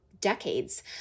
decades